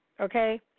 Okay